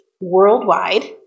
worldwide